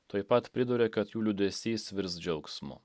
tuoj pat priduria kad jų liūdesys virs džiaugsmu